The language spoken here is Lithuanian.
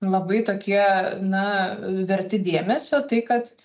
labai tokie na verti dėmesio tai kad